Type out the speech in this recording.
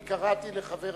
אני קראתי לחבר